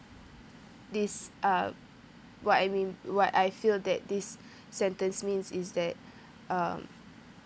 this uh what I mean what I feel that this sentence means is that um